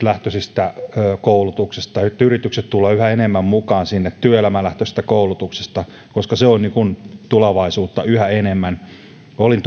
tehneet päätöksiä yrityslähtöisestä koulutuksesta että yritykset tulevat yhä enemmän mukaan työelämälähtöisestä koulutuksesta koska se on tulevaisuutta yhä enemmän olin